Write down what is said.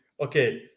okay